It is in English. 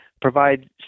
provide